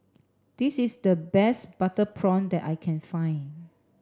this is the best butter prawn that I can find